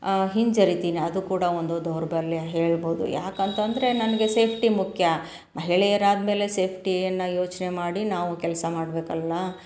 ಹಿಂಜರಿತೀನಿ ಅದು ಕೂಡ ಒಂದು ದೌರ್ಬಲ್ಯ ಹೇಳ್ಬೋದು ಯಾಕಂತಂದರೆ ನನಗೆ ಸೇಫ್ಟಿ ಮುಖ್ಯ ಮಹಿಳೆಯರಾದ ಮೇಲೆ ಸೇಫ್ಟಿಯನ್ನು ಯೋಚನೆ ಮಾಡಿ ನಾವು ಕೆಲಸ ಮಾಡಬೇಕಲ್ಲ